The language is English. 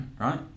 right